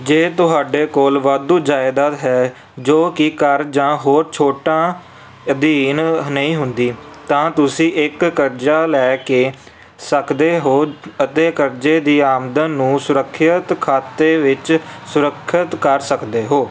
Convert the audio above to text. ਜੇ ਤੁਹਾਡੇ ਕੋਲ ਵਾਧੂ ਜਾਇਦਾਦ ਹੈ ਜੋ ਕਿ ਕਰ ਜਾਂ ਹੋਰ ਛੋਟਾਂ ਅਧੀਨ ਨਹੀਂ ਹੁੰਦੀ ਤਾਂ ਤੁਸੀਂ ਇੱਕ ਕਰਜ਼ਾ ਲੈ ਕੇ ਸਕਦੇ ਹੋ ਅਤੇ ਕਰਜ਼ੇ ਦੀ ਆਮਦਨ ਨੂੰ ਸੁਰੱਖਿਅਤ ਖਾਤੇ ਵਿੱਚ ਸੁਰੱਖਿਅਤ ਕਰ ਸਕਦੇ ਹੋ